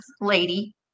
lady